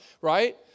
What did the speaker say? right